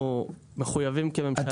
אנחנו מחויבים, כעמדת ממשלה.